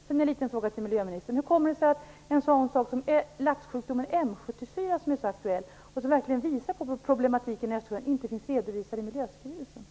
Sedan en liten fråga till miljöministern: Hur kommer det sig att en sådan sak som att laxsjukdomen M 74, som är så aktuell och som verkligen visar på problematiken i Östersjön, inte finns redovisad i miljöskrivelsen?